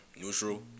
neutral